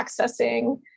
accessing